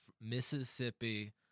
Mississippi